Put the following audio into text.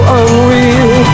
unreal